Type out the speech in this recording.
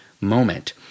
moment